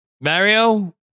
Mario